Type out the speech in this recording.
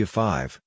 five